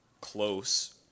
close